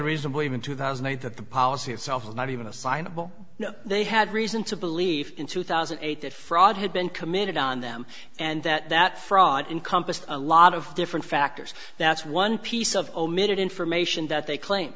reasonable even two thousand and eight that the policy itself was not even assignable they had reason to believe in two thousand and eight that fraud had been committed on them and that that fraud encompassed a lot of different factors that's one piece of omitted information that they claim